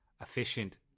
efficient